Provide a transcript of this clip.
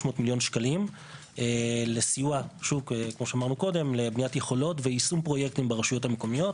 מיליון שקלים לסיוע לבניית יכולות ויישום פרויקטים ברשויות המקומיות.